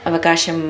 अवकाशं